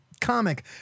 comic